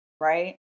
right